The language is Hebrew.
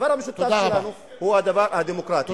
הדבר המשותף לנו הוא הדבר הדמוקרטי,